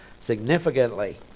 significantly